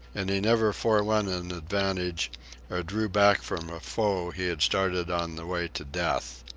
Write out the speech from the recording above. and he never forewent an advantage or drew back from a foe he had started on the way to death.